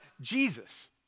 Jesus